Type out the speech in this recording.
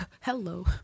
Hello